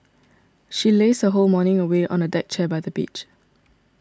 she lazed her whole morning away on a deck chair by the beach